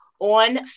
On